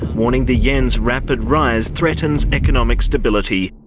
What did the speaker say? warning the yen's rapid rise threatens economic stability.